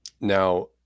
now